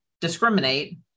discriminate